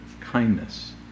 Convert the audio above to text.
kindness